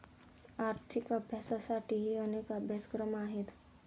आर्थिक अभ्यासासाठीही अनेक अभ्यासक्रम आहेत